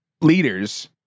leaders